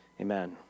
amen